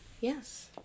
Yes